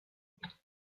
golf